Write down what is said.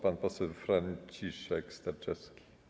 Pan poseł Franciszek Sterczewski.